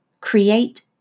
Create